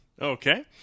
Okay